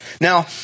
Now